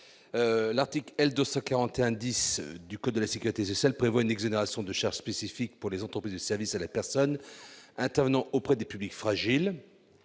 L'article L. 241-10 du code de la sécurité sociale prévoit une exonération de charges spécifique pour les entreprises de services à la personne intervenant auprès des publics fragiles.